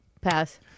Pass